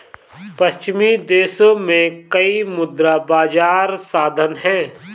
पश्चिमी देशों में कई मुद्रा बाजार साधन हैं